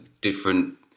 different